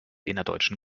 innerdeutschen